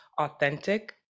authentic